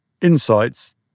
insights